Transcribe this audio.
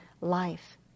life